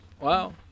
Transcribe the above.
Wow